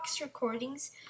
recordings